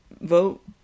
vote